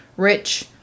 Rich